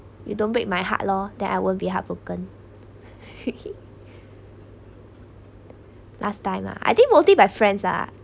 you don't break my heart lor then I won't be heartbroken last time ah I think mostly by friends ah